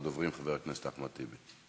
ואחריה, אחרון הדוברים, חבר הכנסת אחמד טיבי.